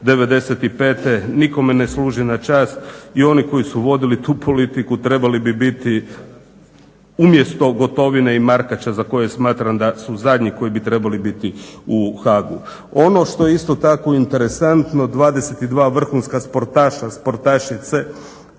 8.8,'95.nikome ne služi na čast i oni koji su vodili tu politiku trebali bi biti umjesto Gotovine i Markača za koje smatram da su zadnji koji bi trebali biti u Haagu. Ono što isto tako interesantno 22 vrhunska sportaša-sportašica,